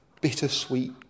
bittersweet